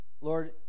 Lord